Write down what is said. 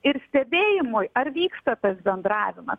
ir stebėjimui ar vyksta tas bendravimas